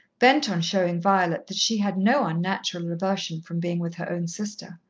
bent on showing violet that she had no unnatural aversion from being with her own sister.